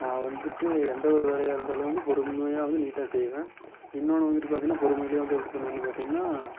நான் வந்துவிட்டு எந்த ஒரு வேலையாக இருந்தாலும் வந்து பொறுமையாக வந்து நீட்டாக செய்வேன் இன்னோன்று வந்துவிட்டு பார்த்தீங்கன்னா பொறுமையில் வந்து எப்படி பண்ணுவேன்னு பார்த்தீங்கன்னா